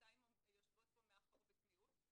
שתיים יושבות פה מאחור בצניעות,